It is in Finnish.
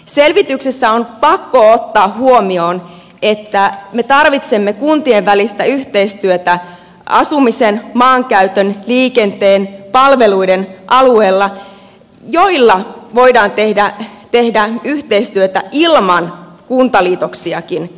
selvityksessä on pakko ottaa huomioon että me tarvitsemme kuntien välistä yhteistyötä asumisen maankäytön liikenteen ja palveluiden alueilla joilla voidaan tehdä yhteistyötä ilman kuntaliitoksiakin